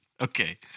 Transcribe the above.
Okay